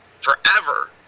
forever